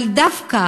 אבל דווקא